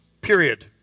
period